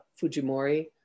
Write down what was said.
Fujimori